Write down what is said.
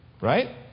Right